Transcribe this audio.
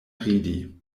ridi